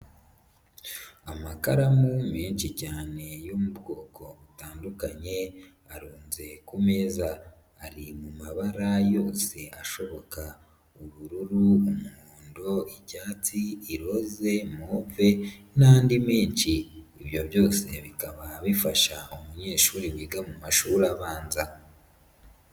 Amakaramu menshi cyane yo mu bwoko butandukanye, arunze ku meza. Ari mabara yose ashoboka. Ubururu, umuhondo, icyatsi, irose, move n'andi menshi. Ibyo byose bikaba bifasha umunyeshuri wiga mu mashuri abanza.